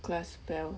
glass fell